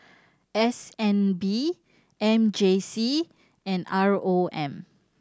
S N B M J C and R O M